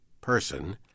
person